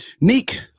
Neek